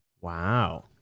Wow